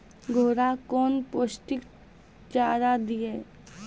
घोड़ा कौन पोस्टिक चारा दिए?